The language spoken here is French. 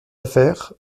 affaire